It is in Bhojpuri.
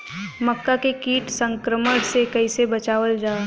मक्का के कीट संक्रमण से कइसे बचावल जा?